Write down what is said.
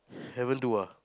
haven't do ah